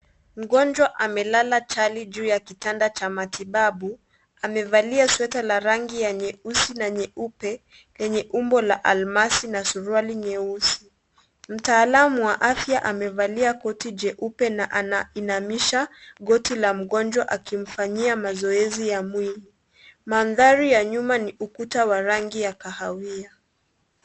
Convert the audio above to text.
Mgonjwa amelala chali juu ya kitanda cha matibabu. Amevalia sweta la rangi ya nyeusi na nyeupe yenye umbo la almasi na suruali nyeusi. Mtaalamu wa afya amevalia koti jeupe na anainamisha goti la mgonjwa akimfanyia mazoezi ya mwili. Mandhari ya nyuma ni ukuta wa rangi ya kahawia.